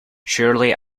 surely